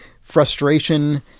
frustration